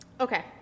Okay